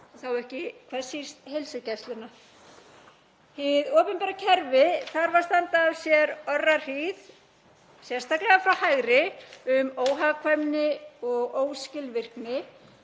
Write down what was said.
þá ekki hvað síst heilsugæsluna. Hið opinbera kerfi þarf að standa af sér orrahríð, sérstaklega frá hægri, um óhagkvæmni og óskilvirkni,